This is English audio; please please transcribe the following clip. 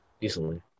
Decently